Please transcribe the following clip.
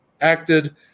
acted